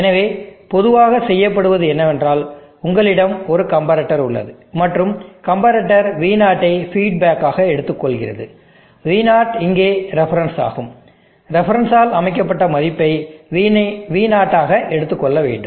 எனவே பொதுவாக செய்யப்படுவது என்னவென்றால் உங்களிடம் ஒரு கம்பெரட்டர் உள்ளது மற்றும் கம்பெரட்டர் V0 ஐ ஃபீட்பேக்காக எடுத்துக்கொள்கிறது V0 இங்கே ரெஃபரன்ஸ் ஆகும் ரெஃபரன்ஸ் ஆல் அமைக்கப்பட்ட மதிப்பை V0 ஆக எடுத்துக்கொள்ள வேண்டும்